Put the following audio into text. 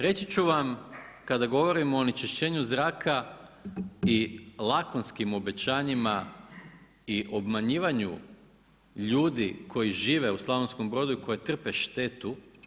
Reći ću vam kada govorimo o onečišćenju zraka i lakonskim obećanjima i obmanjivanju ljudi koji žive u Slavonskom Brodu i koji trpe štetu.